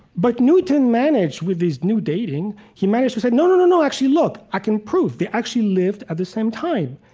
but newton managed, with his new dating, he managed to say, no, no, no, no, actually, look. i can prove they actually lived at the same time.